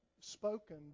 spoken